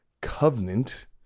covenant